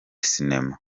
sinema